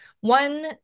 one